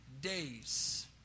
days